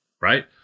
right